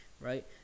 right